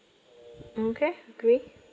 okay great